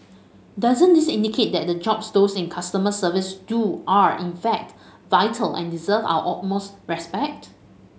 doesn't this indicate that the jobs those in customer service do are in fact vital and deserve our utmost respect